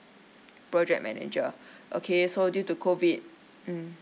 project manager okay so due to COVID mm